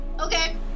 okay